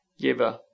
giver